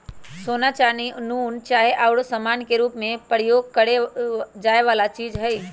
सोना, चानी, नुन, चाह आउरो समान के रूप में प्रयोग करए जाए वला चीज हइ